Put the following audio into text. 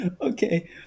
okay